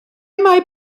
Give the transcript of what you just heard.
mae